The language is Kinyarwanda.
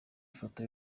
ifoto